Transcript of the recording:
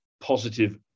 positive